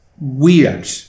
Weird